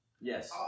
Yes